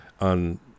on